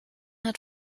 hat